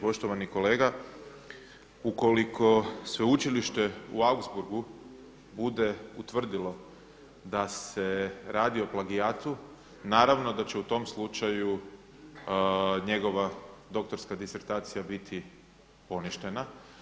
Poštovani kolega ukoliko Sveučilište u Ausburgu bude utvrdilo da se radi o plagijatu, naravno da će u tom slučaju njegova doktorska disertacija biti poništena.